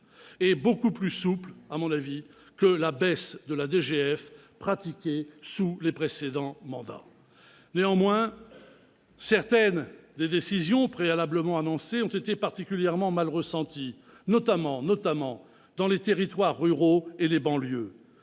et beaucoup plus souple que la baisse de la dotation globale de fonctionnement, DGF, pratiquée sous les précédents mandats. Néanmoins, certaines des décisions préalablement annoncées ont été particulièrement mal ressenties, notamment dans les territoires ruraux et les banlieues